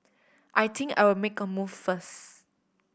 I think I'll make a move first